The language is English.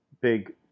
big